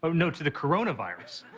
so no, to the coronavirus.